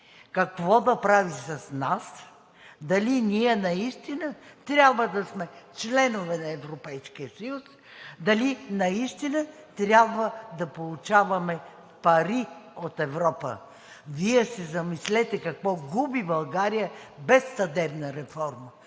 какво да прави с нас – дали ние наистина трябва да сме членове на Европейския съюз, дали наистина трябва да получаваме пари от Европа. Вие се замислете какво губи България без съдебна реформа?